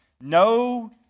No